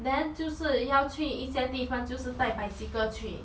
then 就是要去一些地方就是带 bicycle 去